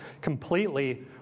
completely